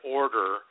order